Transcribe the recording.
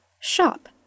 shop